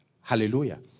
hallelujah